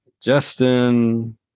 Justin